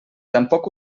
tampoc